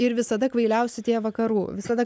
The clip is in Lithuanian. ir visada kvailiausi tie vakarų visada